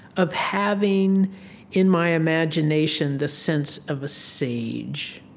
of having in my imagination the sense of a sage.